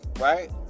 right